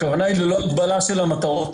הכוונה היא ללא הגבלה השל המטרות.